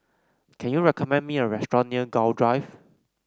can you recommend me a restaurant near Gul Drive